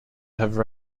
have